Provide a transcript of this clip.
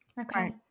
Okay